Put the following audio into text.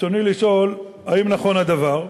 ברצוני לשאול: 1. האם נכון הדבר?